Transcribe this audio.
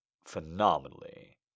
Phenomenally